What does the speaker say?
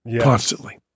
constantly